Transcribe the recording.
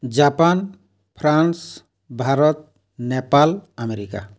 Japan France Bharat Nepal America